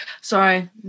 Sorry